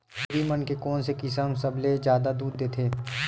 छेरी मन के कोन से किसम सबले जादा दूध देथे?